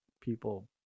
people